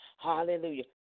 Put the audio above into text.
Hallelujah